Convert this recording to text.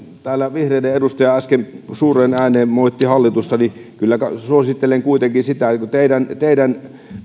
täällä vihreiden edustaja äsken suureen ääneen moitti hallitusta niin kyllä suosittelen kuitenkin sitä kun teidän